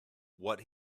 what